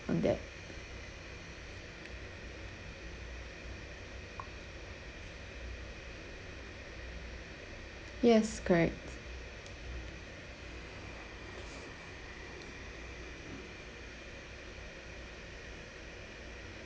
on that yes correct